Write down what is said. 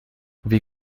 wie